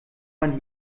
man